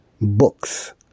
books